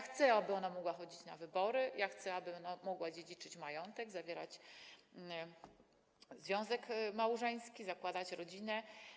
Chcę, aby mogła chodzić na wybory, chcę, aby mogła dziedziczyć majątek, zawierać związek małżeński, zakładać rodzinę.